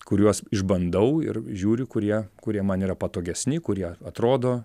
kuriuos išbandau ir žiūriu kurie kurie man yra patogesni kurie atrodo